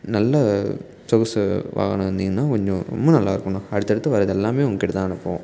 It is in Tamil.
நல்ல சொகுசு வாகனம் தந்திங்கன்னா கொஞ்சம் ரொம்ப நல்லாருக்குண்ணா அடுத்தடுத்து வரது எல்லாம் உங்ககிட்டதான் அனுப்புவோம்